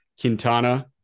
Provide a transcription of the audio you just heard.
Quintana